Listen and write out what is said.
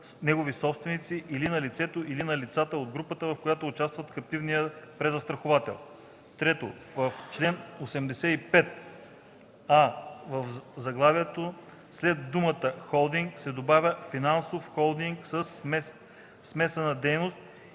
негови собственици, или на лицето или на лицата от групата, в която участва каптивния презастраховател.” 3. В чл. 85: а) в заглавието след думата „холдинг” се добавя „финансов холдинг със смесена дейност”